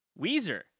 Weezer